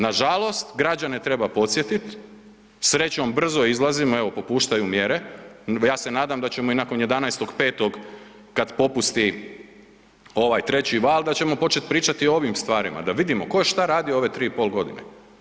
Nažalost građane treba podsjetiti, srećom, brzo izlazimo, evo, popuštaju mjere, evo, ja se nadam da ćemo i nakon 11.5. kad popusti ovaj 3. val da ćemo početi pričati o ovim stvarima, da vidimo tko je što radio u ove 3 i pol godine.